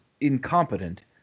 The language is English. incompetent